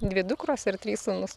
dvi dukros ir trys sūnūs